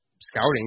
scouting